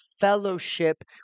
fellowship